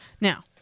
Now